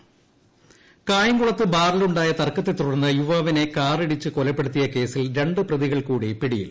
police പിടിയിൽ കായംകുളത്ത് ബാറിലുണ്ടായ തർക്കത്തെ തുടർന്ന് യുവാവിനെ കാറിടിച്ച് കൊലപ്പെടുത്തിയ കേസിൽ രണ്ട് പ്രതികൾ കൂടി പിടിയിൽ